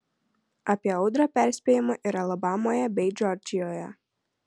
apie audrą perspėjama ir alabamoje bei džordžijoje